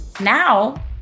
Now